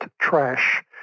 trash